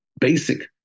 basic